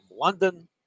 London